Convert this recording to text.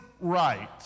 right